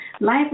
life